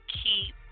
keep